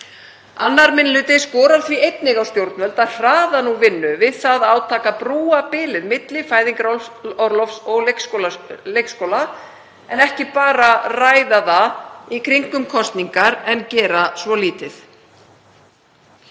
2. minni hluti skorar því einnig á stjórnvöld að hraða vinnu við það átak að brúa bilið milli fæðingarorlofs og leikskóla, ekki bara ræða það í kringum kosningar en gera svo lítið.